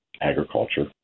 agriculture